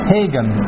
Hagen